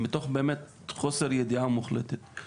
מתוך באמת חוסר ידיעה מוחלטת.